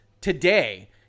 today